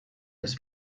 das